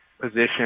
position